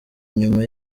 nyuma